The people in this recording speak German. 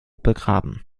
begraben